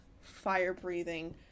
fire-breathing